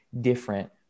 different